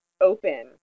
open